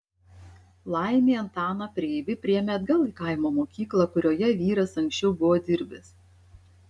laimei antaną preibį priėmė atgal į kaimo mokyklą kurioje vyras anksčiau buvo dirbęs